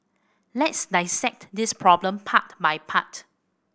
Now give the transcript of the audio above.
let's dissect this problem part by part